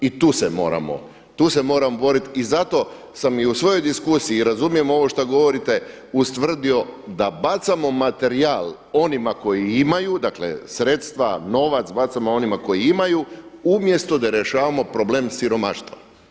I tu se moramo, tu se moram boriti i zato sam i u svojoj diskusiji i razumijem ovo što govorite ustvrdio da bacamo materijal onima koji imaju, dakle sredstva, novac bacamo onima koji imaju umjesto da rješavamo problem siromaštva.